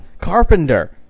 Carpenter